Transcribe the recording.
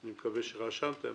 אני מקווה שרשמתם.